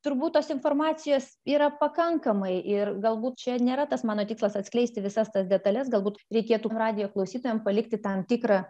turbūt tos informacijos yra pakankamai ir galbūt čia nėra tas mano tikslas atskleisti visas tas detales galbūt reikėtų radijo klausytojam palikti tam tikrą